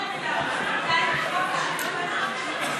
העיריות (הוראת שעה) (תיקון מס' 4),